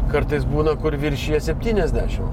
kartais būna kur viršija septyniasdešim